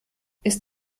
ist